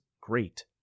great